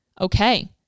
Okay